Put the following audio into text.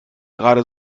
gerade